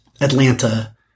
Atlanta